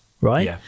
right